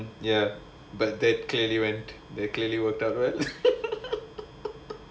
mm ya but that clearly went that clearly work up